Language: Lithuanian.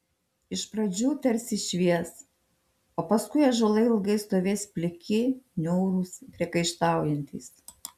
iš pradžių tarsi švies o paskui ąžuolai ilgai stovės pliki niūrūs priekaištaujantys